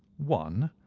one.